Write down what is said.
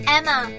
Emma